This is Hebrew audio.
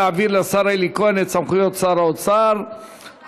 להעביר לשר אלי כהן את סמכויות שר האוצר המפורטות.